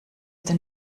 den